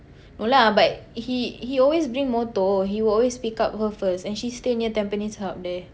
no lah but he he always bring motor he will always pick up her first and she stay near Tampines hub there